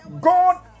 God